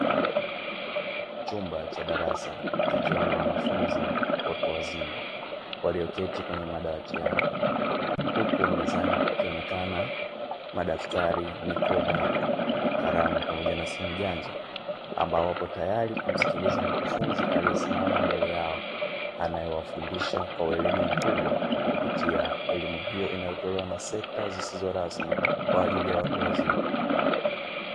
Chumba cha darasa kikiwa na wanafunzi watu wazima, walioketi kwenye madawati yao, huku mezani kukionekana madaftari, mikoba, kalamu pamoja na simu janja; ambao wapo tayari kumsikiliza mkufunzi aliyesimama mbele yao, anayewafundisha kwa weledi mkubwa, kupitia elimu hiyo inayotolewa na sekta zisizo rasmi kwa ajili ya watu wazima.